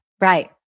right